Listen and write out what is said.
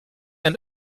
ein